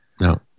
No